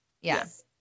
Yes